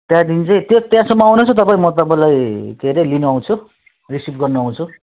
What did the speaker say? त्यहाँदेखि चाहिँ के त्यहाँसम्म आउनुहुन्छ तपाईँ म तपाईँलाई के अरे लिनु आउँछु रिसिभ गर्नु आउँछु